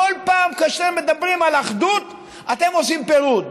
כל פעם שאתם מדברים על אחדות אתם עושים פירוד,